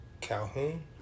Calhoun